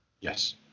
Yes